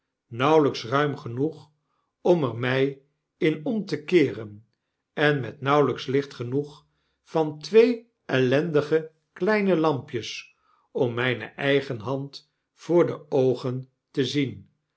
nauwelyks ruim genoeg om er my in om te keeren en met nauwelyks licht genoeg van twee ellendige kleine lampjes om myne eigen hand voor de oogen te zien